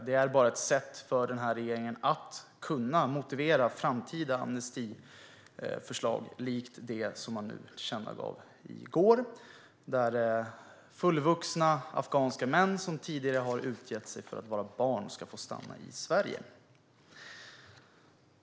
Den är bara ett sätt för regeringen att kunna motivera framtida amnestiförslag likt det som man tillkännagav i går; fullvuxna afghanska män som tidigare har utgett sig för att vara barn ska få stanna i Sverige.